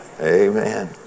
Amen